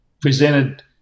presented